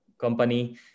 company